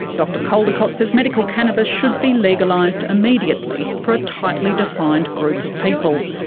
dr caldicott says medical cannabis should be legalised immediately for a tightly defined group of people,